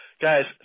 Guys